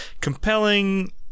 compelling